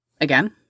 Again